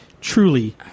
Truly